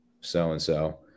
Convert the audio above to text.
so-and-so